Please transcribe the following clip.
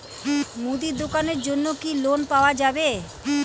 মুদি দোকানের জন্যে কি লোন পাওয়া যাবে?